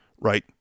right